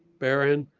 barren,